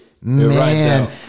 man